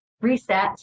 reset